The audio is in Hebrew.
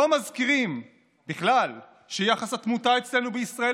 לא מזכירים בכלל שיחס התמותה אצלנו בישראל